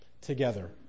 together